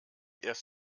erst